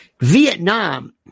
Vietnam